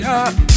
up